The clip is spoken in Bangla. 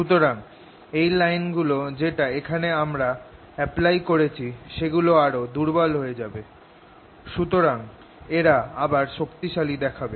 সুতরাং এই লাইন গুলো যেটা এখানে আমরা অ্যাপ্লাই করেছি সেগুলো আরও দুর্বল হয়ে যাবে সুতরাং এরা আবার শক্তিশালী দেখাবে